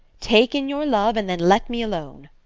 take in your love, and then let me alone.